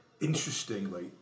interestingly